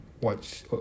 watch